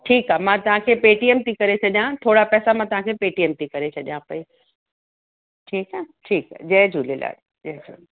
ठीकु आहे मां तव्हांखे पेटीएम थी करे छॾियां थोरा पैसा मां तव्हांखे पेटीएम थी करे छॾीयां पई ठीकु आहे ठीकु आहे जय झूलेलाल जय झूलेलाल